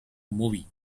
movie